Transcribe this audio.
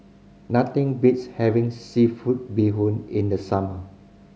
nothing beats having seafood bee hoon in the summer